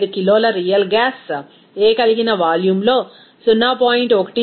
75 కిలోల real gas A కలిగిన వాల్యూమ్లో 0